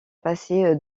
passé